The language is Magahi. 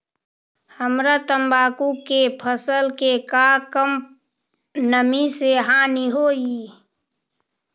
हमरा तंबाकू के फसल के का कम नमी से हानि होई?